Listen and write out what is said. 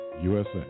USA